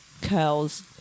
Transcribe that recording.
curls